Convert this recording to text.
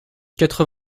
quatre